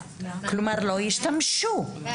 כלומר, לא ישתמשו בזה.